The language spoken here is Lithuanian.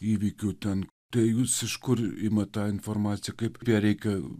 įvykių ten tai jūs iš kur imat tą informaciją kaip ją reikia